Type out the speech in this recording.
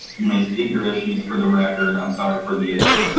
you may state your issues for the record, i'm sorry for the issue.